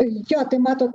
jo tai matot